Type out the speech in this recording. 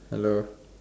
hello